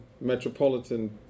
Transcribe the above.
metropolitan